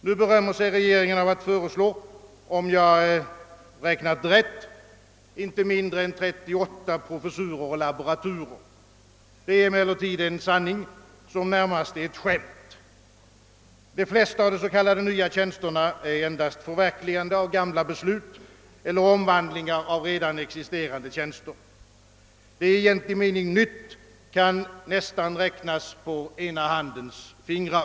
Nu berömmer sig regeringen av att man föreslår inte mindre än 38 professurer och laboraturer, om jag har räknat rätt. Det är emellertid en sanning som närmast är ett skämt. De flesta av de s.k. nya tjänsterna innebär endast förverkligande av gamla beslut eller omvandling av redan existerande tjänster. De i egentlig mening nya tjänsterna kan nästan räknas på ena handens fingrar.